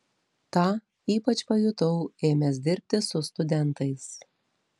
tą ypač pajutau ėmęs dirbti su studentais